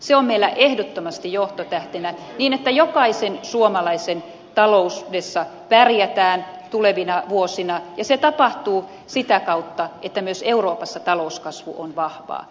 se on meillä ehdottomasti johtotähtenä niin että jokaisen suomalaisen taloudessa pärjätään tulevina vuosina ja se tapahtuu sitä kautta että myös euroopassa talouskasvu on vahvaa